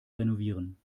renovieren